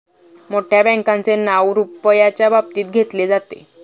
मोठ्या बँकांचे नाव रुपयाच्या बाबतीत घेतले जाते